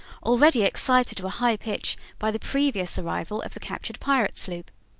already excited to a high pitch by the previous arrival of the captured pirate sloop.